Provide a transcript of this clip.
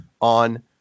on